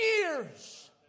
years